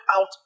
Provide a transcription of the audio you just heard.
out